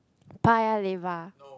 Paya-Lebar